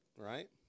Right